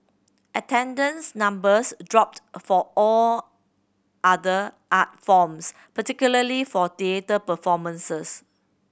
attendance numbers dropped for all other art forms particularly for theatre performances